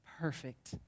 perfect